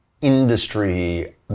industry